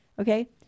Okay